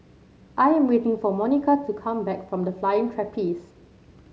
I am waiting for Monika to come back from The Flying Trapeze